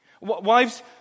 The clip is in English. Wives